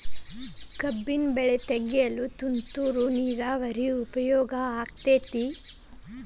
ಕಬ್ಬಿನ ಬೆಳೆ ತೆಗೆಯಲು ತುಂತುರು ನೇರಾವರಿ ಉಪಯೋಗ ಆಕ್ಕೆತ್ತಿ?